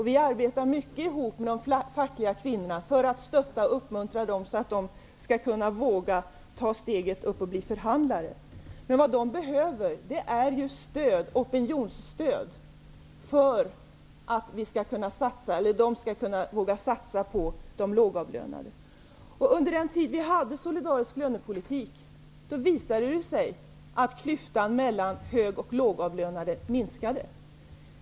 Vi arbetar mycket ihop med de fackligt verksamma kvinnorna för att stötta och uppmuntra dem, så att de skall våga ta steget upp och bli förhandlare. Men vad de behöver är ju opinionsstöd för att de skall våga satsa på de lågavlönade. Under den tid då vi hade solidarisk lönepolitik visade det sig att klyftan mellan hög och lågavlönade minskade.